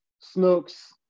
snooks